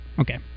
Okay